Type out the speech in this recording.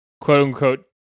quote-unquote